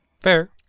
Fair